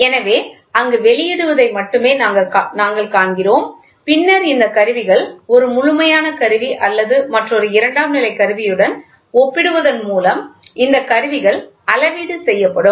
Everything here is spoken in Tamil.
எனவே அங்கு வெளியிடுவதை மட்டுமே நாங்கள் காண்கிறோம் பின்னர் இந்த கருவிகள் ஒரு முழுமையான கருவி அல்லது மற்றொரு இரண்டாம் நிலை கருவியுடன் ஒப்பிடுவதன் மூலம் இந்த கருவிகள் அளவீடு செய்யப்படும்